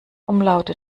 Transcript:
umlaute